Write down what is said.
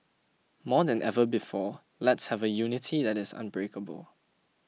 more than ever before let's have a unity that is unbreakable